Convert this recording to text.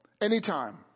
anytime